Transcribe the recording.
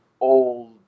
old